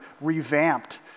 revamped